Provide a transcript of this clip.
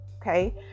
Okay